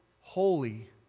holy